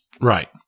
Right